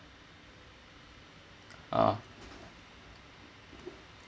oh